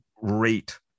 rate